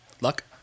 Luck